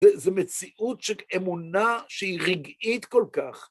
זו מציאות של אמונה שהיא רגעית כל כך.